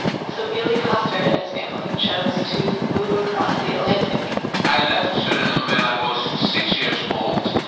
and so guilly koster and his family chose to move across the atlantic i left suriname when i was six years old.